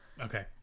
Okay